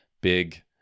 big